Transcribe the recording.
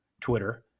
Twitter